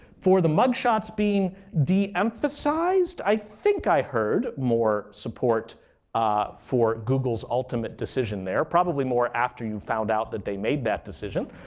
for the mugshots being de-emphisized, i think i heard more support ah for google's ultimate decision there. probably more after you found out that they made that decision.